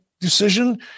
decision